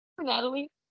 Natalie